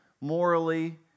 morally